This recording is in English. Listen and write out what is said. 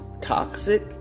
toxic